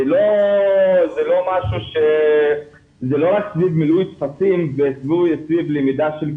זה לא רק סביב מילוי טפסים וסביב למידה של קריטריונים.